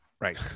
right